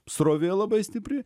srovė labai stipri